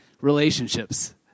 relationships